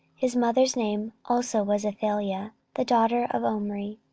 his mother's name also was athaliah the daughter of omri.